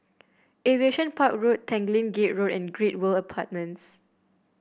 Aviation Park Road Tanglin Gate Road and Great World Apartments